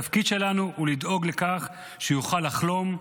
התפקיד שלנו הוא לדאוג לכך שהוא יוכל לחלום,